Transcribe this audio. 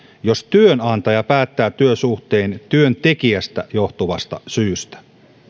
jos työnantaja päättää työsuhteen työntekijästä johtuvasta syystä